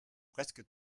presque